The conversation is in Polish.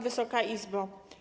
Wysoka Izbo!